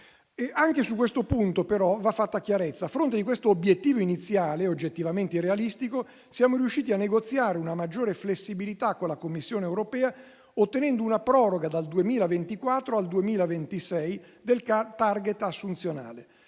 anche su tale punto. A fronte di questo obiettivo iniziale oggettivamente irrealistico, siamo riusciti a negoziare una maggiore flessibilità con la Commissione europea, ottenendo una proroga dal 2024 al 2026 del *target* assunzionale.